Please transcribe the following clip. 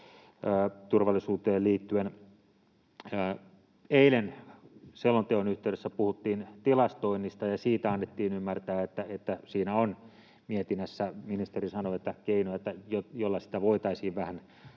turvallisuuteen liittyen. Eilen selonteon yhteydessä puhuttiin tilastoinnista, ja siitä annettiin ymmärtää, että siinä on mietinnässä keino — ministeri sanoi — jolla sitä voitaisiin vähän